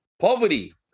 Poverty